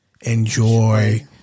enjoy